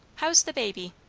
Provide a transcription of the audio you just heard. how's the baby?